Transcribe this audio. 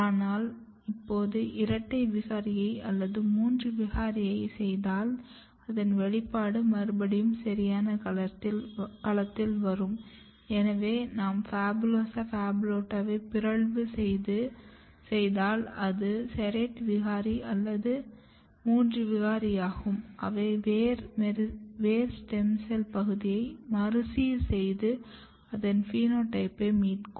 ஆனால் இப்போது இரட்டை விகாரியை அல்லது மூன்று விகாரியைச் செய்தால் அதன் வெளிப்பாடு மறுபடியும் சரியான களத்தில் வரும் எனவே நாம் PHABULOSA PHABULOTA வை பிறழ்வு செய்தால் அது SERRATE விகாரி அல்லது மூன்று விகாரியாகும் அவை வேர் ஸ்டெம் செல் பகுதியை மறுசீர் செய்து அதன் பினோடைப்பை மீட்கும்